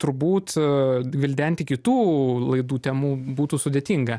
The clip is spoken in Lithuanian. turbūt gvildenti kitų laidų temų būtų sudėtinga